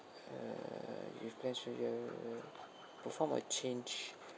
err you've plan so you to perform a change